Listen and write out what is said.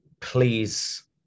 please